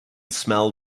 smell